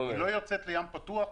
היא לא יוצאת לים פתוח.